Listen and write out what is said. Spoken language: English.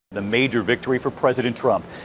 the major victory for president trump.